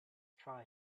try